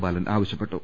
ബാലൻ ആവശ്യ പ്പെട്ടു